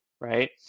right